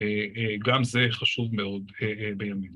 גם זה חשוב מאוד